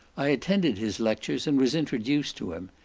i attended his lectures, and was introduced to him.